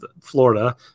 Florida